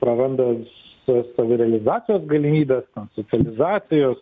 praranda sa savirealizacijos galimybes socializacijos